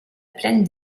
plaine